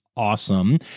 Awesome